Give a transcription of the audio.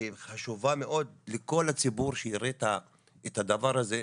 שהיא חשובה מאוד לכל הציבור שיראה את הדבר הזה.